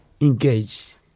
engage